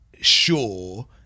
sure